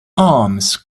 arms